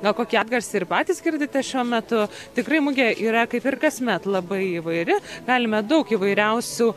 gal kokį atgarsį ir patys girdite šiuo metu tikrai mugė yra kaip ir kasmet labai įvairi galime daug įvairiausių